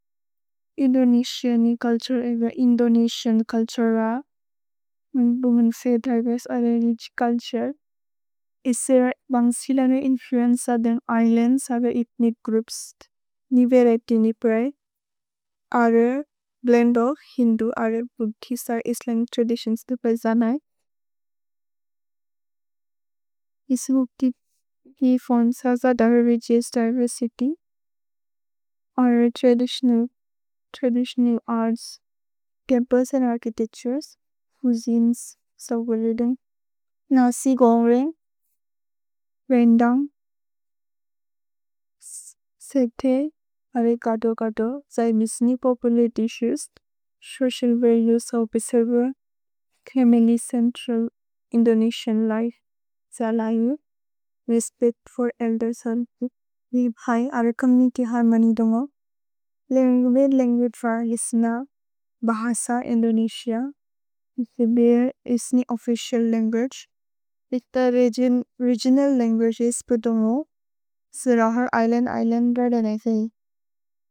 इन्दोनेसिअनि culture एव Indonesian culture. मन् बुमेन् से दैबस् अल निज् कल्तुर। इसेर बन्ग् सिल ने इन्फ्लुएन्चे सोउथेर्न् इस्लन्द्स् अव इत्नि ग्रुप्स्। निवेर एत्नि ने प्रए। अर ब्लेन्दोह् हिन्दु अर बुक्तिस इस्लन्ग् त्रदितिओन्स् दुपे जनय्। इसि बुक्ति इ फोन् सज दैबस् रिजेस् दिवेर्सित्य्। अर त्रदितिओनल् अर्त्स्। छम्पुस् and architectures. Cuisines. Nasi goreng. Rendang. सिक्थे। अर कतो-कतो। जै मिस्नि पोपुलतितिओउस्। सोचिअल् वलुएस् अव पेसेव। केमेलि चेन्त्रल्। Indonesian life. जलयु। Respect for elders and people. निभै। अर चोम्मुनित्य् हर्मोन्य् दोमो। लेन्गु मैन् लन्गुअगे प्रए इस्न बहस इन्दोनेसिअ। निसिबिर् इस्नि ओफ्फिचिअल् लन्गुअगे। भिक्त रेगिओनल् लन्गुअगेस् बुदोमो। सिरहेर् इस्लन्द् इस्लन्द् र दनय् सय्।